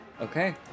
okay